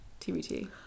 tbt